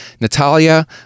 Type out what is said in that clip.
Natalia